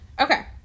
Okay